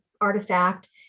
artifact